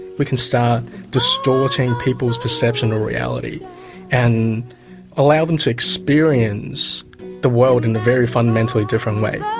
we can start distorting people's perception or reality and allow them to experience the world in a very fundamentally different way.